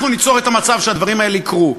אנחנו ניצור את המצב שהדברים האלה יקרו.